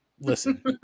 Listen